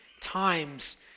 times